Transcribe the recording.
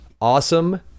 awesome